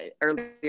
earlier